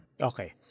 Okay